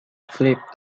flipped